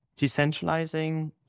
decentralizing